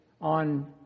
on